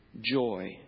joy